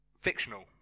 fictional